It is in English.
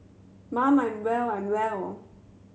mum I'm well I'm well